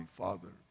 father